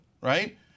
right